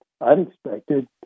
unexpected